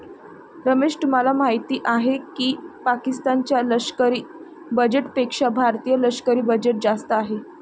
रमेश तुम्हाला माहिती आहे की पाकिस्तान च्या लष्करी बजेटपेक्षा भारतीय लष्करी बजेट जास्त आहे